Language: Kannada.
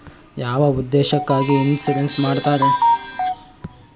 ಯಾವ ಉದ್ದೇಶಕ್ಕಾಗಿ ಇನ್ಸುರೆನ್ಸ್ ಮಾಡ್ತಾರೆ?